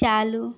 चालू